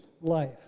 life